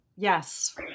Yes